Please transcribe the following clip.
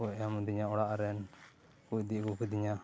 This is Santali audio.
ᱮᱢ ᱟᱫᱮᱧᱟᱹ ᱚᱲᱟᱜ ᱨᱮ ᱤᱫᱤ ᱟ ᱜᱩ ᱠᱮᱫᱮᱧᱟᱹ